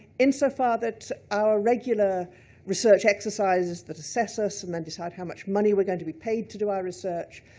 insofar that our regular research exercises that assess us and then decided how much money we're going to be paid to do our research.